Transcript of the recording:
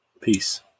Peace